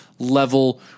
level